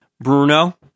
Bruno